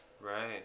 Right